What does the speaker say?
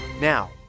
Now